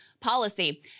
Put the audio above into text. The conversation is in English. policy